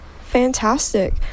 Fantastic